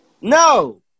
No